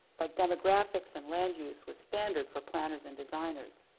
like demographics and land use, was standard for planners and designers.